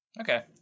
okay